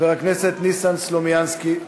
חבר הכנסת ניסן סלומינסקי.